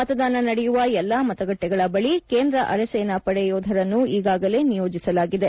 ಮತದಾನ ನಡೆಯುವ ಎಲ್ಲ ಮತಗಟ್ಟಿಗಳ ಬಳಿ ಕೇಂದ್ರ ಅರೆಸೇನಾ ಪಡೆ ಯೋಧರನ್ನು ಈಗಾಗಲೇ ನಿಯೋಜಿಸಲಾಗಿದೆ